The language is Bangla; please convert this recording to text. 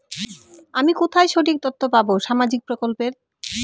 আমি কোথায় সঠিক তথ্য পাবো সামাজিক প্রকল্পের?